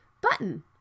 Button